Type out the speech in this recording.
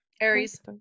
Aries